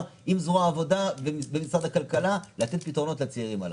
עם זרוע העבודה ומשרד הכלכלה כדי לתת פתרונות לצעירים הללו.